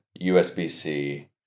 USB-C